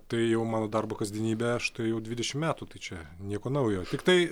tai jau mano darbo kasdienybė štai jau dvidešim metų tai čia nieko naujo tiktai